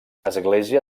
església